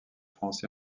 france